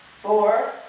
four